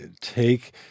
take